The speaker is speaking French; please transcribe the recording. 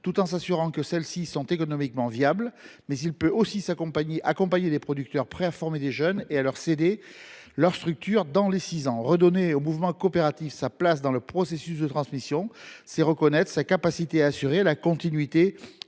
tout en s’assurant que celles ci sont économiquement viables. Il peut aussi accompagner des producteurs prêts à former des jeunes et à leur céder leur structure dans les six ans. En redonnant au mouvement coopératif sa place dans le processus de transmission, on reconnaîtrait sa capacité à assurer la continuité